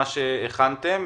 מה שהכנתם,